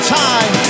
time